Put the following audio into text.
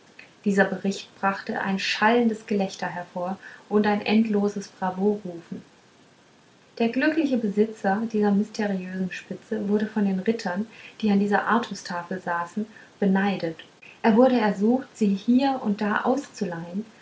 dieser bericht brachte ein schallendes gelächter hervor und ein endloses bravorufen der glückliche besitzer dieser mysteriösen spitze wurde von den rittern die an dieser artustafel saßen beneidet er wurde ersucht sie hier und da auszuleihen